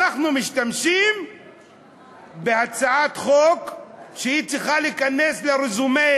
אנחנו משתמשים בהצעת חוק שצריכה להיכנס לרזומה